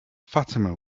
fatima